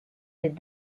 des